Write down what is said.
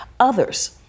others